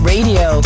Radio